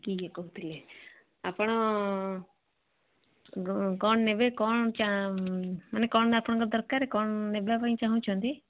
କିଏ କହୁଥିଲେ ଆପଣ କଣ ନେବେ କଣ ମାନେ କ'ଣ ଆପଣଙ୍କ ଦରକାର କଣ ନେବା ପାଇଁ ଚାହୁଁଛନ୍ତି